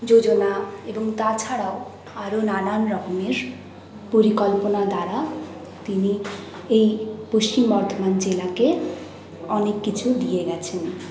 যোজনা এবং তাছাড়াও আরো নানান রকমের পরিকল্পনা দ্বারা তিনি এই পশ্চিম বর্ধমান জেলাকে অনেক কিছু দিয়ে গেছেন